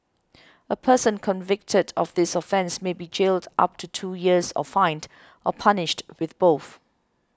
a person convicted of this offence may be jailed up to two years or fined or punished with both